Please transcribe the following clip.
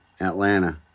Atlanta